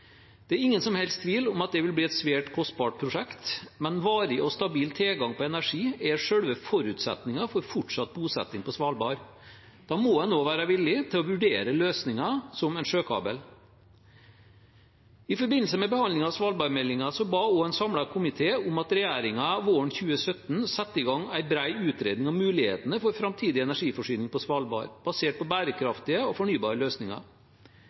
Det er ingen som helst tvil om at det vil bli et svært kostbart prosjekt, men varig og stabil tilgang på energi er selve forutsetningen for fortsatt bosetning på Svalbard. Da må en også være villig til å vurdere løsninger, som f.eks. en sjøkabel. I forbindelse med behandlingen av svalbardmeldingen ba også en samlet komité om at regjeringen våren 2017 skulle sette i gang en bred utredning av mulighetene for framtidig energiforsyning på Svalbard basert på bærekraftige og fornybare løsninger.